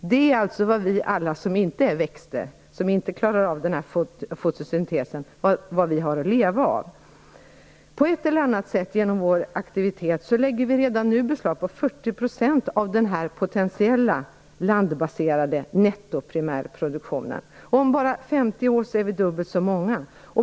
Det är vad vi alla som inte är växter, som inte klarar av fotosyntesen, har att leva av. På ett eller annat sätt lägger vi redan nu genom vår aktivitet beslag på 40 % av den potentiella landbaserade nettoprimärproduktionen. Om bara 50 år är vi dubbelt så många.